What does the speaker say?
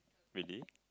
really